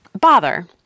bother